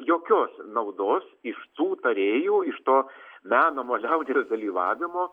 jokios naudos iš tų tarėjų iš to menamo liaudies dalyvavimo